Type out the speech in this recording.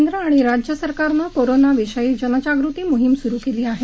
केंद्र आणि राज्य सरकारनं कोरोनाविषयी जनजागृती मोहीम सुरु केली आहे